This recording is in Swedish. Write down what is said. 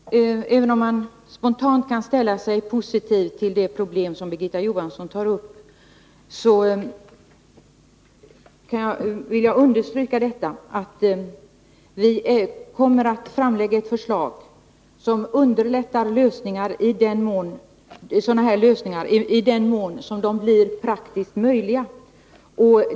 Herr talman! Även om man spontant kan ställa sig positiv till de frågor som Birgitta Johansson tar upp vill jag understryka att vi kommer att lägga fram ett förslag som underlättar lösningar vid den mån de blir praktiskt möjliga att åstadkomma.